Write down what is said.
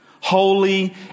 holy